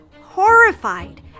horrified